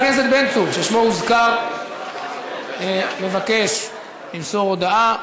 חבר הכנסת בן צור, ששמו הוזכר, מבקש למסור הודעה.